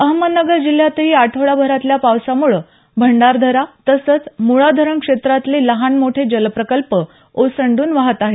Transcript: अहमदनगर जिल्ह्यातही आठवडाभरातल्या पावसामुळे भंडारदरा तसंच मुळा धरण क्षेत्रातले लहानमोठे जलप्रकल्प ओसंडून वाहत आहेत